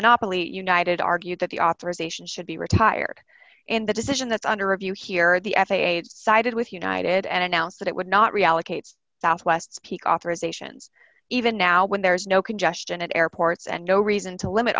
monopoly united argued that the authorization should be retired and the decision that's under review here the f a a sided with united and announced that it would not reallocates southwest's keep authorizations even now when there is no congestion at airports and no reason to limit